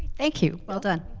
thank you. well done.